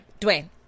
Dwayne